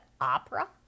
opera